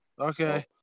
Okay